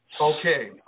Okay